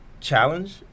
challenge